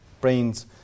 brains